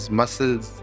muscles